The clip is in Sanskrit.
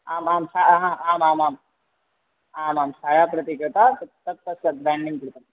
आमाम् सा आम् आम् आमामाम् आमां सा या प्रति गता तत् तत् बैण्डिङ्ग् कृतम्